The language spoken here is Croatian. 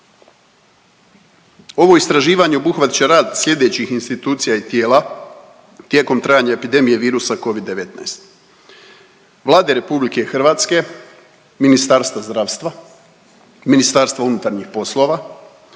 ovo istraživanje obuhvaća rad slijedećih institucija i tijela tijekom trajanja epidemije virusa Covid-19. Vlade RH, Ministarstva zdravstva, Ministarstva unutarnjih poslova,